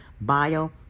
Bio